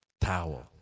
Towel